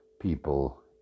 people